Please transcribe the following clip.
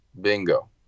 Bingo